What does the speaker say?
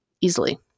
easily